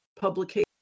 publication